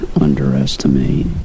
underestimate